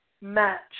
match